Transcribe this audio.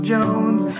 Jones